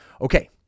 Okay